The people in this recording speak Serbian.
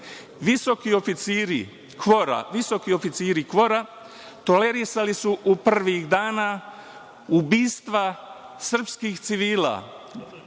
visoki oficiri KFOR-a tolerisali su u prvih dana ubistva srpskih civila,